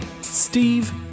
Steve